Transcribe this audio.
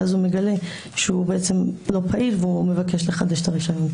ואז הוא מגלה שהוא לא פעיל והוא מבקש לחדש את הרישיון.